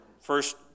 first